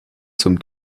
zum